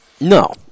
No